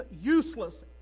useless